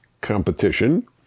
competition